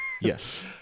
Yes